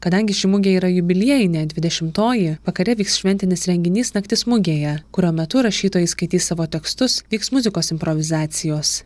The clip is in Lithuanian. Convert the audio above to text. kadangi ši mugė yra jubiliejinė dvidešimtoji vakare vyks šventinis renginys naktis mugėje kurio metu rašytojai skaitys savo tekstus vyks muzikos improvizacijos